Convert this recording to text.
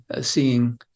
seeing